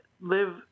live